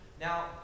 Now